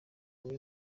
imwe